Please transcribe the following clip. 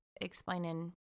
explaining